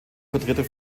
vertreter